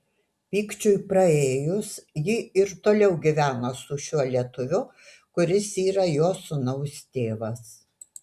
pykčiui praėjus ji ir toliau gyvena su šiuo lietuviu kuris yra jos sūnaus tėvas